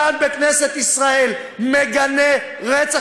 השאילתה היא אלי,